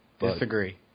Disagree